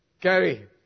carry